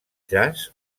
jazz